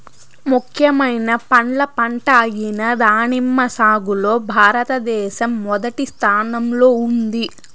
ముఖ్యమైన పండ్ల పంట అయిన దానిమ్మ సాగులో భారతదేశం మొదటి స్థానంలో ఉంది